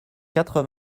quatre